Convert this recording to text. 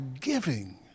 giving